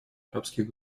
арабских